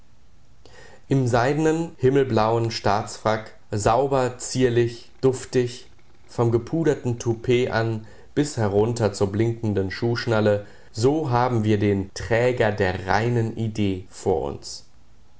im seidnen himmelblauen staatsfrack sauber zierlich duftig vom gepuderten toupet an bis herunter zur blinkenden schuhschnalle so haben wir den träger der reinen idee vor uns